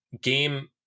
game